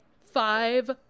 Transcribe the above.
five